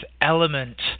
Element